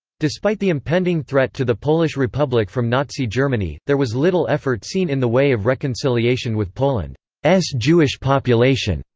despite the impending threat to the polish republic from nazi germany, there was little effort seen in the way of reconciliation with poland's jewish population.